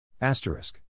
Asterisk